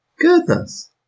Goodness